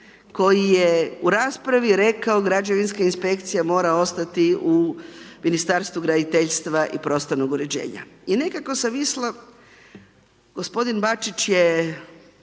koji je u raspravi rekao građevinska inspekcija mora ostati u Ministarstvu graditeljstva i prostornog uređenja. I nekako sam mislila, gospodin Bačić je